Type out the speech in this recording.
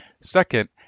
Second